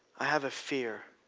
i have a fear.